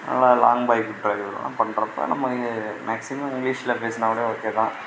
அதனால் long bike ட்ரைவ்லாம் பண்ணுறப்ப நம்ம மேக்ஸிமம் இங்கிலிஷில் பேசினாக்கூட ஓகேதான்